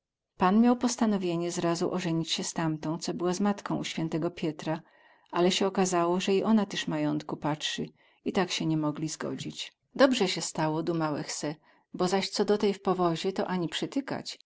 miał postanowienie zrazu ozenić sie z tamtą co była z matką u świętego pietra ale sie okazało ze i ona tyz majątku patrzy i tak sie ni mogli zgodzić dobrze sie stało dumałech se bo zaś co do te w powozie to ani